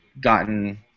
gotten –